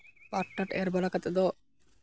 ᱯᱟᱴ ᱴᱟᱴ ᱮᱨ ᱵᱟᱲᱟ ᱠᱟᱛᱮᱫ ᱫᱚ